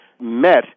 met